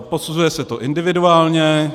Posuzuje se to individuálně.